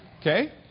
Okay